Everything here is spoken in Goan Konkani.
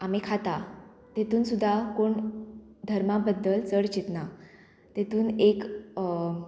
आमी खाता तितून सुद्दां कोण धर्मा बद्दल चड चिंतना तितून एक